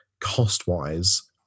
cost-wise